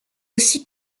aussi